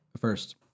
first